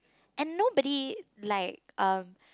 and nobody like um